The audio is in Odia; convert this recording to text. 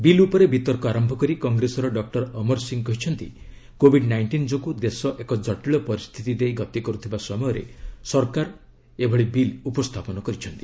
ବିଲ୍ ଉପରେ ବିତର୍କ ଆରମ୍ଭ କରି କଂଗ୍ରେସର ଡକୁର ଅମର ସିଂ କହିଛନ୍ତି କୋବିଡ ନାଇଷ୍ଟିନ ଯୋଗୁଁ ଦେଶ ଏକ ଜଟିଳ ପରିସ୍ଥିତି ଦେଇ ଗତିକରୁଥିବା ସମୟରେ ସରକାର ଏହି ବିଲ୍ ଉପସ୍ଥାପନ କରିଛନ୍ତି